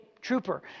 trooper